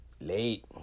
Late